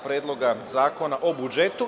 Predloga zakona o budžetu.